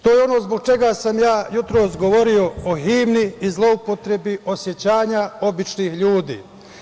To je ono zbog čega sam ja jutros govorio o himni i zloupotrebi osećanja običnih ljudi.